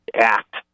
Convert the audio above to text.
act